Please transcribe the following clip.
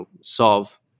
solve